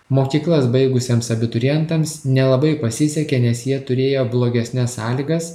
mokyklas baigusiems abiturientams nelabai pasisekė nes jie turėjo blogesnes sąlygas